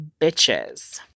bitches